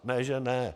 Ne že ne.